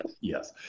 Yes